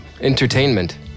Entertainment